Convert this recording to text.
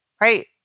Right